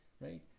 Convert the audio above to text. right